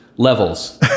Levels